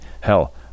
Hell